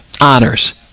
honors